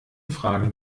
fragen